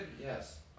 Yes